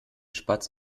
spatz